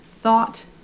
thought